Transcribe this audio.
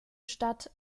stadt